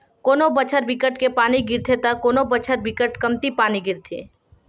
कोनो बछर बिकट के पानी गिरथे त कोनो बछर बिकट कमती पानी गिरथे